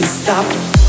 Stop